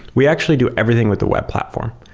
we actually do everything with the web platform.